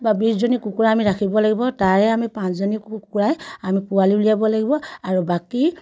বা বিছজনী কুকুৰা আমি ৰাখিব লাগিব তাৰে আমি পাঁচজনী কুকুৰাই আমি পোৱালি উলিয়াব লাগিব আৰু বাকী